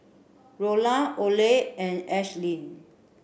Rolla Ole and Ashlynn